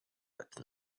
but